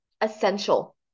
essential